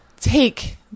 take